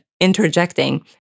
interjecting